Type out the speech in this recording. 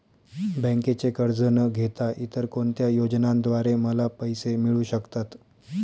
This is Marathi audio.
बँकेचे कर्ज न घेता इतर कोणत्या योजनांद्वारे मला पैसे मिळू शकतात?